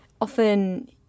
often